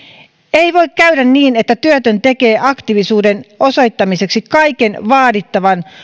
ei voi käydä niin että työtön tekee aktiivisuuden osoittamiseksi kaiken vaadittavan